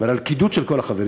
ועל הלכידות של כל החברים.